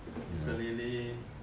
the ukulele